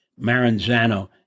Maranzano